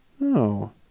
No